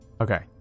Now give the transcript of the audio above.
okay